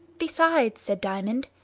besides, said diamond,